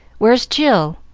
where's jill?